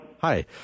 Hi